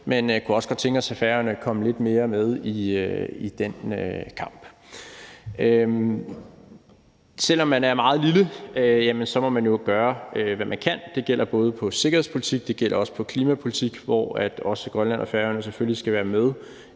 men jeg kunne også godt tænke mig, at Færøerne kom lidt mere med i den kamp. Kl. 14:09 Selv om man er meget lille, må man jo gøre, hvad man kan. Det gælder både på sikkerhedspolitik, og det gælder også på klimapolitik, hvor Grønland og Færøerne selvfølgelig også skal være med